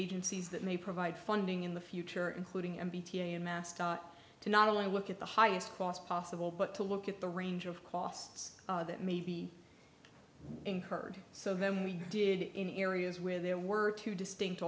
agencies that may provide funding in the future including m b t amassed to not only look at the highest cost possible but to look at the range of costs that may be incurred so then we did it in areas where there were two distinct